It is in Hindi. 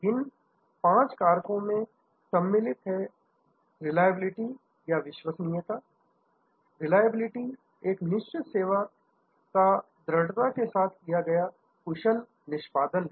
इन पांच कारकों में सम्मिलित है रिलायबिलिटी विश्वसनीयता रिलायबिलिटी एक निश्चित सेवा का दृढ़ता के साथ किया गया कुशल निष्पादन है